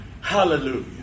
Hallelujah